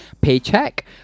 Paycheck